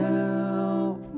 Help